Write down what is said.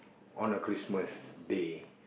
on a Christmas day